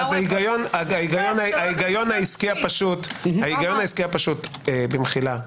ההיגיון העסקי הפשוט במחילה,